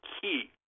key